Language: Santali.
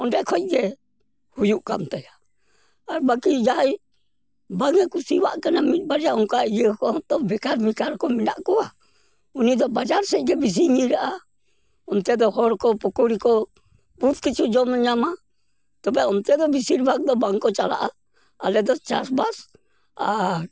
ᱚᱸᱰᱮ ᱠᱷᱚᱡ ᱜᱮ ᱦᱩᱭᱩᱜ ᱠᱟᱱ ᱛᱟᱭᱟ ᱟᱨ ᱵᱟᱠᱤ ᱡᱟᱦᱟᱭ ᱵᱟᱝᱮ ᱠᱩᱥᱤᱣᱟᱜ ᱠᱟᱱᱟ ᱢᱤᱫᱵᱟᱨᱭᱟ ᱚᱝᱠᱟ ᱤᱭᱟᱹ ᱠᱩᱦᱚᱸᱛᱚ ᱵᱮᱠᱟᱨ ᱵᱮᱠᱟᱨ ᱠᱚ ᱢᱮᱱᱟᱜ ᱠᱚᱣᱟ ᱩᱱᱤ ᱫᱚ ᱵᱟᱡᱟᱨ ᱥᱮᱜ ᱜᱮ ᱵᱤᱥᱤᱭ ᱧᱤᱨᱟᱜᱼᱟ ᱚᱱᱛᱮ ᱫᱚ ᱦᱚᱲ ᱠᱚ ᱯᱚᱠᱚᱲᱤ ᱠᱚ ᱵᱚᱦᱩᱛ ᱠᱤᱪᱷᱩ ᱡᱚᱢᱮ ᱧᱟᱢᱟ ᱛᱚᱵᱮ ᱚᱱᱛᱮ ᱫᱚ ᱵᱤᱥᱤᱨ ᱵᱷᱟᱜᱽ ᱫᱚ ᱵᱟᱝᱠᱚ ᱪᱟᱞᱟᱜᱼᱟ ᱟᱞᱮ ᱫᱚ ᱪᱟᱥᱵᱟᱥ ᱟᱨ